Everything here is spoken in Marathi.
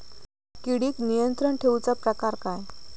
किडिक नियंत्रण ठेवुचा प्रकार काय?